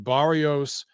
Barrios